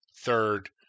third